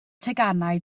teganau